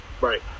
right